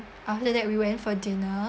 after that we went for dinner